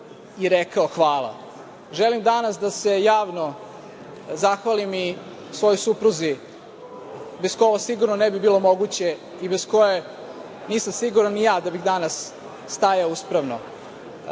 i rekao hvala. Želim danas da se javno zahvalim i svojoj supruzi, bez koje ovo sigurno ne bi bilo moguće i bez koje nisam siguran ni ja da bih danas stajao uspravno. Dozvolite